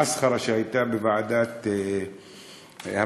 במסחרה שהייתה בוועדה המשותפת.